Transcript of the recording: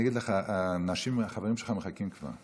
אני אגיד לך, החברים שלך מחכים כבר.